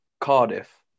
Cardiff